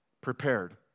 prepared